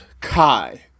Kai